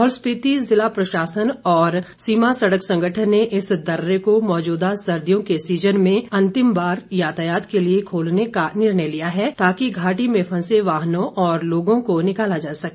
लाहौल जिला प्रशासन और सीमा सड़क संगठन ने इस दर्रे को मौजूदा सर्दियों के सीजन में अंतिम बार यातायात के लिए खोलने का निर्णय लिया हैं ताकि घाटी में फंसे वाहनों और लोगों को निकाला जा सके